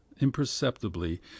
imperceptibly